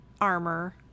armor